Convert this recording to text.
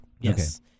Yes